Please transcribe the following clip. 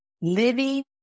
Living